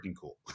cool